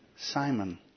Simon